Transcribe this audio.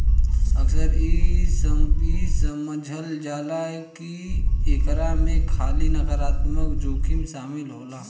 अक्सर इ समझल जाला की एकरा में खाली नकारात्मक जोखिम शामिल होला